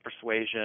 persuasion